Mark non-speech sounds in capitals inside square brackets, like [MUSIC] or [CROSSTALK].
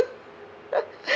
[LAUGHS]